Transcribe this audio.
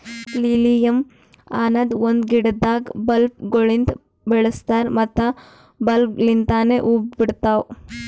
lilium ಅನದ್ ಒಂದು ಗಿಡದಾಗ್ ಬಲ್ಬ್ ಗೊಳಿಂದ್ ಬೆಳಸ್ತಾರ್ ಮತ್ತ ಬಲ್ಬ್ ಲಿಂತನೆ ಹೂವು ಬಿಡ್ತಾವ್